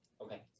Okay